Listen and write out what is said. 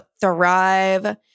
thrive